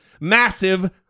massive